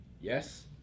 Yes